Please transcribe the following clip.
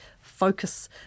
focus